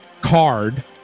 card